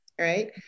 right